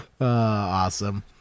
Awesome